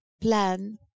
plan